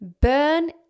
burn